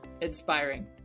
Inspiring